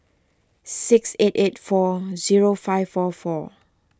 six eight eight four zero five four four